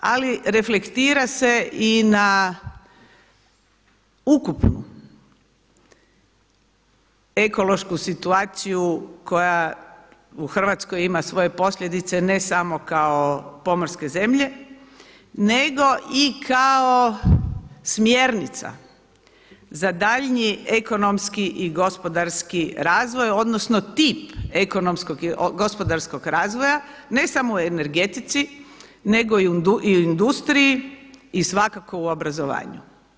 Ali reflektira se i na ukupnu ekološku situaciju koja u Hrvatskoj ima svoje posljedice ne samo kao pomorske zemlje nego i kao smjernica za daljnji ekonomski i gospodarski razvoj, odnosno tip gospodarskog razvoja ne samo u energetici nego i u industriji i svakako u obrazovanju.